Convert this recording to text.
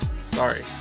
Sorry